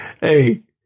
hey